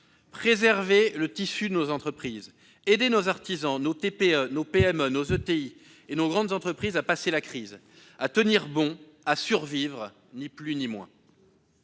préserver le tissu de nos entreprises ; aider nos artisans, nos TPE, nos PME, nos ETI et nos grandes entreprises à passer la crise, à tenir bon, à survivre, ni plus ni moins.